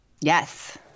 Yes